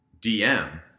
DM